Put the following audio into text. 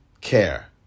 care